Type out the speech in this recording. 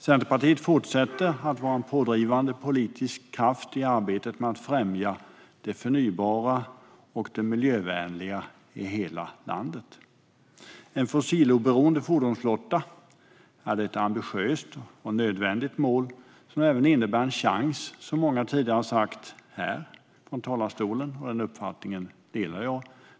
Centerpartiet fortsätter att vara en pådrivande politisk kraft i arbetet med att främja det förnybara och det miljövänliga i hela landet. En fossiloberoende fordonsflotta är ett ambitiöst och nödvändigt mål som även innebär en chans, som många tidigare talare har sagt från talarstolen. Den uppfattningen delar jag.